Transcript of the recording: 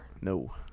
No